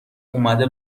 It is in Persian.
اومده